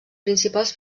principals